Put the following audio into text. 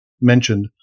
mentioned